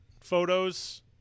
photos